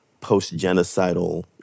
post-genocidal